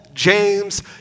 James